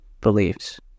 beliefs